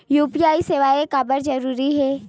UPI सेवाएं काबर जरूरी हे?